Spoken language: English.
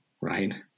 right